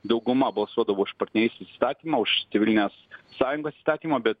dauguma balsuodavo už partnerystės įstatymą už civilinės sąjungos įstatymą bet